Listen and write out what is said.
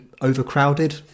overcrowded